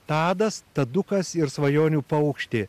tadas tadukas ir svajonių paukštė